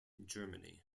germany